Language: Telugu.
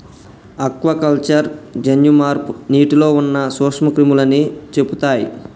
ఆక్వాకల్చర్ జన్యు మార్పు నీటిలో ఉన్న నూక్ష్మ క్రిములని చెపుతయ్